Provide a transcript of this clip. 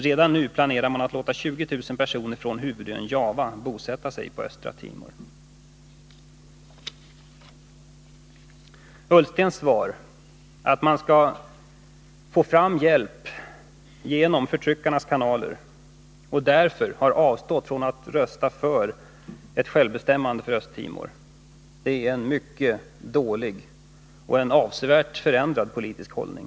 Redan nu planerar man att låta 20 000 personer från huvudön Java bosätta sig på Östra Timor.” Utrikesminister Ullstens svar, att man skall få fram hjälp genom förtryckarnas kanaler och därför har avstått från att rösta för ett självbestämmande för Östtimor, är en mycket dålig — och en avsevärt förändrad — politisk hållning.